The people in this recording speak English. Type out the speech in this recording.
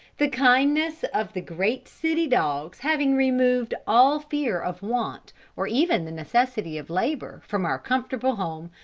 the kindness of the great city dogs having removed all fear of want, or even the necessity of labour, from our comfortable home,